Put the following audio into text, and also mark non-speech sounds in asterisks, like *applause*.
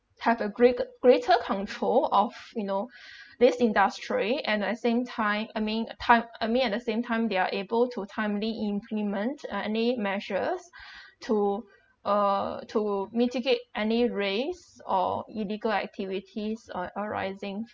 have a greatg~ greater control of you know *breath* this industry and at same time I mean a time I mean at the same time they are able to timely implement uh any measures *breath* to uh to mitigate any raise or illegal activities on arising